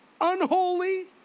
unholy